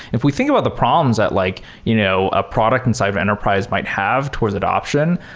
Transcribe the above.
if we think about the problems at like you know a product inside of enterprise might have towards adaption,